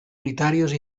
unitarios